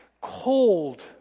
cold